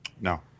no